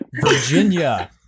Virginia